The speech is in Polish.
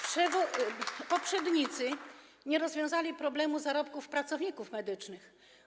Poprzednicy nie rozwiązali problemu zarobków pracowników medycznych.